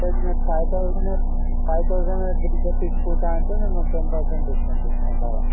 పోనీ మీరు five thousand five thousand bill చేయిపించుకుంటా అంటే మేము టెన్ పర్సెంట్ ఇస్తాం డిస్కౌంట్ అలా